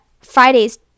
Fridays